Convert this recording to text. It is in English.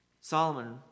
Solomon